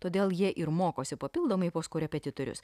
todėl jie ir mokosi papildomai pas korepetitorius